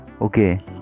okay